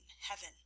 heaven